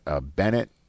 Bennett